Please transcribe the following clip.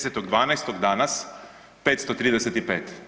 10. 12. danas 535.